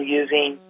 using